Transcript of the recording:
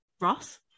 Ross